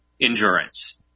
endurance